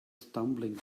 stumbling